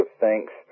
thanks